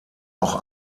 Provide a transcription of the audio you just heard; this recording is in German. auch